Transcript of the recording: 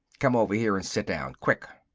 come over here and sit down, quick!